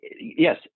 yes